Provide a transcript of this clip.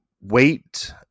wait